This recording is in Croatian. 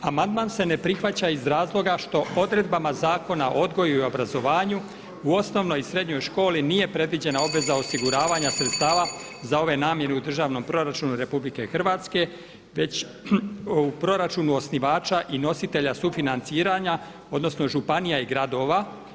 Amandman se ne prihvaća iz razloga što odredbama Zakona o odgoju i obrazovanju u osnovnoj i srednjoj školi nije predviđena obveza osiguravanja sredstava za ove namjere u državnom proračunu RH već u proračunu osnivača i nositelja sufinanciranja odnosno županija i gradova.